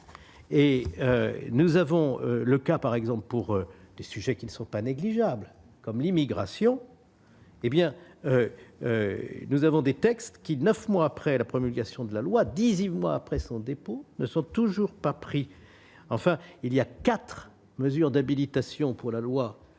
et nous avons le cas par exemple pour des sujets qui ne sont pas négligeables comme l'immigration, hé bien, nous avons des textes qui, 9 mois après la promulgation de la loi disent après son dépôt ne sont toujours pas pris, enfin il y a quatre mesures d'habilitation pour la loi